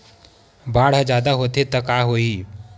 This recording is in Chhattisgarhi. बाढ़ ह जादा होथे त का होही?